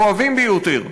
הכואבים ביותר,